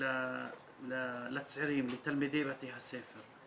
לצעירים, לתלמידי בתי הספר.